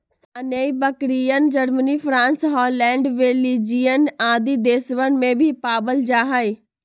सानेंइ बकरियन, Germany, France, Holland, Belgium आदि देशवन में भी पावल जाहई